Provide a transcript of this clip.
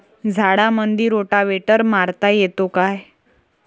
झाडामंदी रोटावेटर मारता येतो काय?